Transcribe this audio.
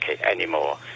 anymore